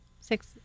Six